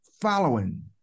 following